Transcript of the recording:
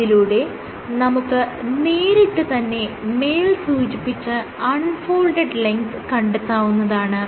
ഇതിലൂടെ നമുക്ക് നേരിട്ട് തന്നെ മേൽ സൂചിപ്പിച്ച അൺ ഫോൾഡഡ് ലെങ്ത് കണ്ടെത്താവുന്നതാണ്